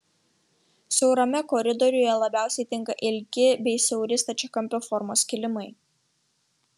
siaurame koridoriuje labiausiai tinka ilgi bei siauri stačiakampio formos kilimai